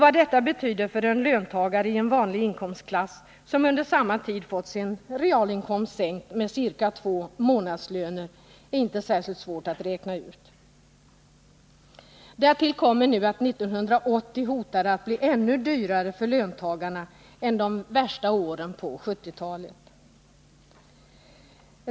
Vad detta betyder för en löntagare i en vanlig inkomstklass, som under samma tid fått sin realinkomst sänkt med ca två månadslöner, är inte särskilt svårt att räkna ut. Därtill kommer nu att 1980 hotar att bli ännu dyrare för löntagarna än de värsta åren på 1970-talet.